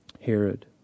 Herod